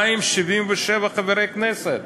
277 חברי כנסת